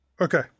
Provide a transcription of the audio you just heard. Okay